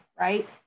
right